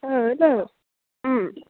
ओ हेल' ओम